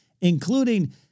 including